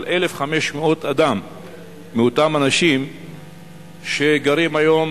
על 1,500 אדם מאותם אנשים שגרים היום